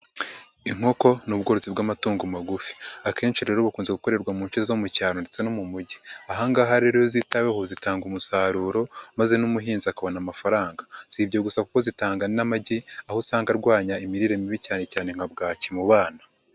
Inkoko ni ubworotsi bw'amatungo magufi, akenshi rero bukunze gukorerwa mu nshe zo mu cyaro ndetse no mu mugi, aha ngaha rero iyo zitaweho zitanga umusaruro maze n'umuhinzi akabona amafaranga, si ibyo gusa kuko zitanga n'amagi aho usanga arwanya imirire mibi cyane cyane nka Bwaki mu bana.